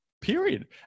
period